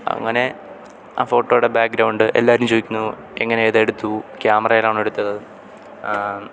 അങ്ങനെ ആ ഫോട്ടോയുടെ ബാക്ക്ഗ്രൗണ്ട് എല്ലാവരും ചോദിക്കുന്നു എങ്ങനെ ഇതെടുത്തു ക്യാമറയിലാണോ എടുത്തത്